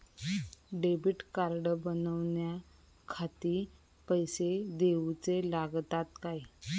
Debit card बनवण्याखाती पैसे दिऊचे लागतात काय?